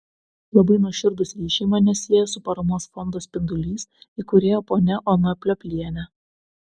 labai nuoširdūs ryšiai mane sieja su paramos fondo spindulys įkūrėja ponia ona pliopliene